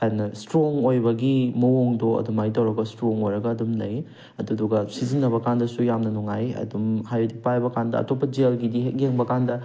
ꯍꯥꯟꯅ ꯏꯁꯇ꯭ꯔꯣꯡ ꯑꯣꯏꯕꯒꯤ ꯃꯋꯣꯡꯗꯣ ꯑꯗꯨꯃꯥꯏ ꯇꯧꯔꯒꯁꯨ ꯏꯁꯇ꯭ꯔꯣꯡ ꯑꯣꯏꯔꯒ ꯑꯗꯨꯝ ꯂꯩ ꯑꯗꯨꯗꯨꯒ ꯁꯤꯖꯟꯅꯕ ꯀꯥꯟꯗꯁꯨ ꯌꯥꯝꯅ ꯅꯨꯉꯥꯏ ꯑꯗꯨꯝ ꯍꯥꯏꯕꯗꯤ ꯄꯥꯏꯕ ꯀꯥꯟꯗ ꯑꯇꯣꯞꯄ ꯖꯦꯜꯒꯤꯗꯤ ꯍꯦꯛ ꯌꯦꯡꯕꯀꯥꯟꯗ